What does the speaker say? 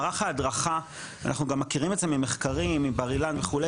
מערך ההדרכה אנחנו גם מכירים את זה ממחקרים מבר אילן וכו',